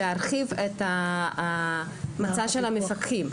להרחיב את המצע של המפקחים.